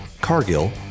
Cargill